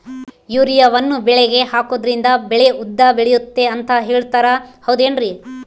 ಯೂರಿಯಾವನ್ನು ಬೆಳೆಗೆ ಹಾಕೋದ್ರಿಂದ ಬೆಳೆ ಉದ್ದ ಬೆಳೆಯುತ್ತೆ ಅಂತ ಹೇಳ್ತಾರ ಹೌದೇನ್ರಿ?